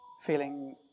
feeling